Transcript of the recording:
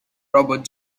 robert